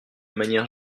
manière